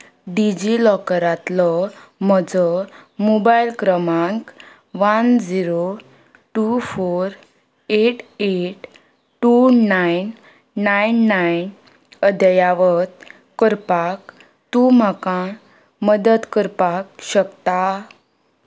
डिजिलॉकरांतलो म्हजो मोबायल क्रमांक one zero two four eight eight two nine nine nine अदयावत करपाक तूं म्हाका मदत करपाक शकता